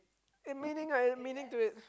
it meaning ah meaning to it